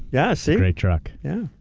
yeah, see. great truck. yeah.